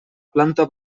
planta